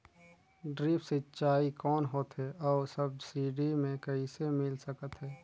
Drip सिंचाई कौन होथे अउ सब्सिडी मे कइसे मिल सकत हे?